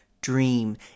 dream